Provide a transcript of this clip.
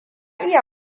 iya